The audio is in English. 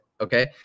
Okay